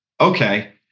okay